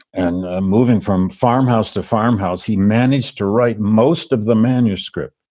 and ah moving from farmhouse to farmhouse, he managed to write most of the manuscript.